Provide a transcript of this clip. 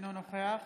אינו נוכח